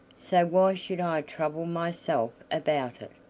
so why should i trouble myself about it?